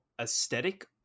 aesthetic